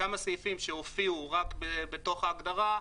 כמה סעיפים שהופיעו רק בתוך ההגדרה,